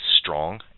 strong